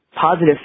positive